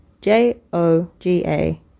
J-O-G-A